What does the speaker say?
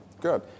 Good